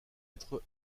être